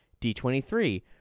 D23